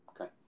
Okay